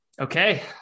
Okay